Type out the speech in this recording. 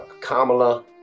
Kamala